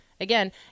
again